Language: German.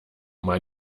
mal